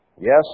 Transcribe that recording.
Yes